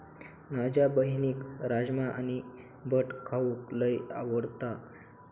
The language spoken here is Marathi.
माझ्या बहिणीक राजमा आणि भट खाऊक लय आवडता